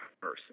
person